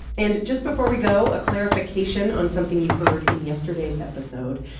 and just before we go, a clarification on something you heard in yesterday's episode.